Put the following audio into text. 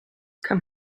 come